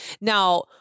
Now